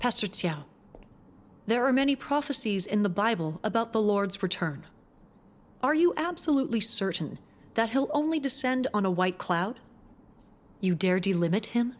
hester yeah there are many prophecies in the bible about the lord's return are you absolutely certain that he'll only descend on a white cloud you dared to limit him